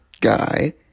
guy